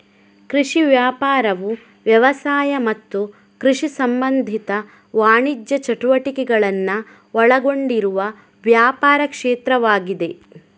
ಕೃಷಿ ವ್ಯಾಪಾರವು ವ್ಯವಸಾಯ ಮತ್ತು ಕೃಷಿ ಸಂಬಂಧಿತ ವಾಣಿಜ್ಯ ಚಟುವಟಿಕೆಗಳನ್ನ ಒಳಗೊಂಡಿರುವ ವ್ಯಾಪಾರ ಕ್ಷೇತ್ರವಾಗಿದೆ